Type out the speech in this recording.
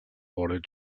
order